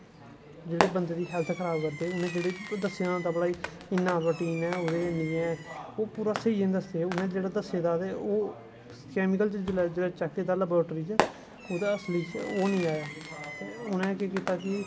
जेह्ड़े बंदे दी हैल्थ खराब करदे उ'नें जेह्ड़े दस्से दा होंदा कि जेह्ड़े इन्ना प्रोटीन ऐ इन्नी ऐ ओह् पूरे स्हेई होंदा दस्से दा उ'नें जेह्ड़े दस्से दा ते ओह् कैमिकल जिसलै चैक्क करन लवाट्री बिच्च ओह्दा असली ओह् निं आया उ'नें केह् कीता कि